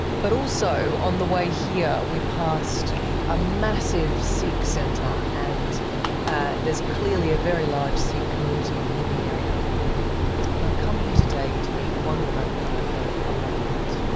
but also on the way here we passed a massive sikh centre and ah there's clearly a very large sikh community in the area. and i've come here today to meet one woman that i've heard a lot about.